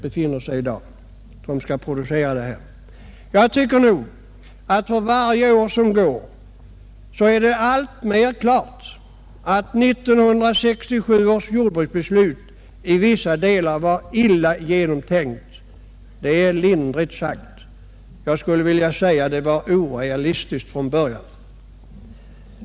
För varje är som går är det alltmer klart att 1967 års jordbruksbeslut i vissa delar var illa genomtänkt - lindrigt sagt. Jag skulle vilja säga att det var orealistiskt från början.